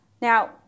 Now